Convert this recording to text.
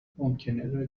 ممکنه